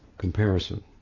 comparison